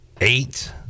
eight